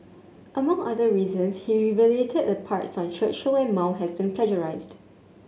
among other reasons he the parts on Churchill and Mao has been plagiarised